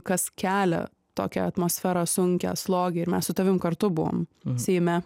kas kelia tokią atmosferą sunkią slogią ir mes su tavim kartu buvom seime